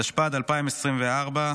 התשפ"ד 2024,